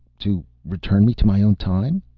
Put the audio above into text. to return me to my own time?